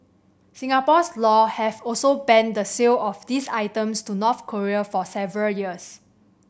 Singapore's laws have also banned the sale of these items to North Korea for several years